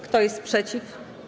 Kto jest przeciw?